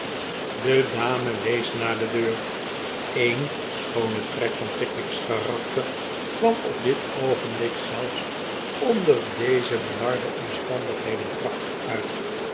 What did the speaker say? de dame wees naar de deur een schoone trek van pickwick's karakter kwam op dit oogenblik zelfs onder deze benarde omstandigheden prachtig uit